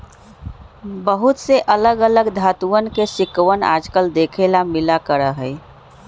बहुत से अलग अलग धातुंअन के सिक्कवन आजकल देखे ला मिला करा हई